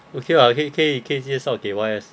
okay lah 可以可以可以可以介绍给 Y_S